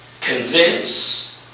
Convince